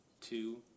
two